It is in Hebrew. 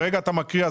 ברגע שאתה מקריא,